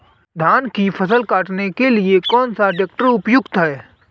धान की फसल काटने के लिए कौन सा ट्रैक्टर उपयुक्त है?